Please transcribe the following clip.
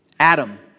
Adam